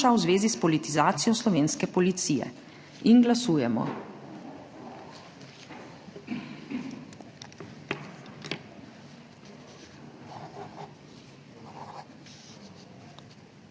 v zvezi s politizacijo slovenske policije. Glasujemo.